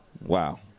Wow